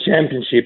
Championship